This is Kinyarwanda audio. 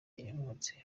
impunzi